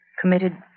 committed